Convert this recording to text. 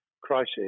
crisis